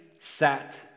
sat